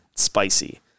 Spicy